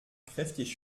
kräftig